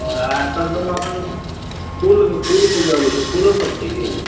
हँ आओर सर कनी अपना फूल फूलके जे अबय छै फूलो सब छै की